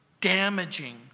damaging